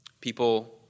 people